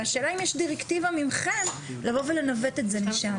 והשאלה אם יש דירקטיבה ממכם לבוא ולנווט את זה משם?